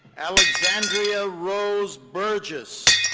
alexandria rose burgess.